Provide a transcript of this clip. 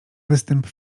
występ